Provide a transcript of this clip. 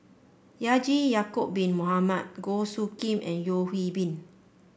Haji Ya'acob Bin Mohamed Goh Soo Khim and Yeo Hwee Bin